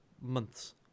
months